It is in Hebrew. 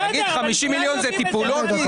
תגיד, 50 מיליון זה טיפולוגי?